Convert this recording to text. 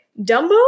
Dumbo